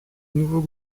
nouveau